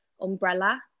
umbrella